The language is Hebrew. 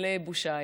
של בושאייף,